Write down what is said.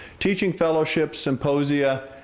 teaching fellowships, symposia,